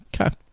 Okay